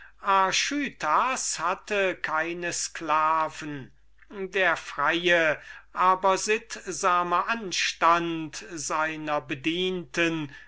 hatte keine sklaven der freie aber sittsame anstand seiner bedienten